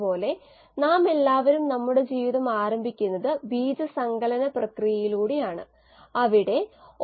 കോശങ്ങളുടെ സൈക്കിളിൽ കോശങ്ങളുടെ വോളിയം മാറുന്നതല്ല മറ്റും കോശങ്ങളുടെ സൈക്കിളിൽ ഓരോ കോശത്തിന്റെയും വോളിയം മാറുന്നു അത് ഇവിടെ വളർച്ചയെ നമ്മൾ പരിഗണിക്കുന്നില്ല